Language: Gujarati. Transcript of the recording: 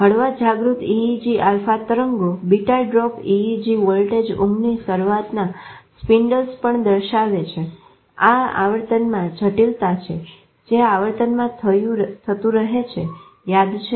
હળવા જાગૃત EEG આલ્ફા તરંગો બીટા ડ્રોપ EEG વોલ્ટેજ ઊંઘની શરૂઆતના સીપન્ડલસ પણ દર્શાવે છે અને આ આવર્તનમાં જટિલતા છે જે આવર્તનમાં થતું રહે છે યાદ છે